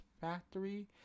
factory